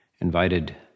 invited